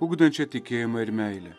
ugdančia tikėjimą ir meilę